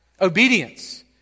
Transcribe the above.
Obedience